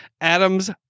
Adams